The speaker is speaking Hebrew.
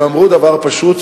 הם אמרו דבר פשוט.